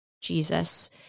Jesus